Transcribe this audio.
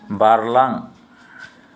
बारलां